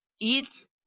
eat